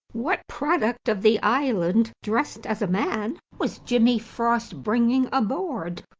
what product of the island, dressed as a man, was jimmy frost bringing aboard?